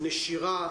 נשירה.